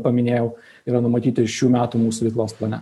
paminėjau yra numatyti šių metų mūsų veiklos plane